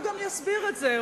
הוא גם יסביר את זה,